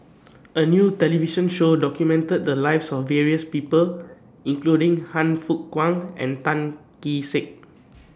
A New television Show documented The Lives of various People including Han Fook Kwang and Tan Kee Sek